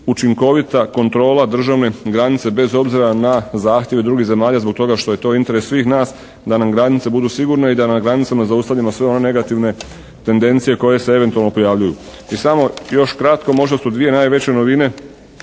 učinkovita kontrola državne granice bez obzira na zahtjeve drugih zemalja zbog toga što je to interes svih nas da nam granice budu sigurne i da na granicama zaustavljamo sve one negativne tendencije koje se eventualno pojavljuju. I samo još kratko možda su dvije najveće novine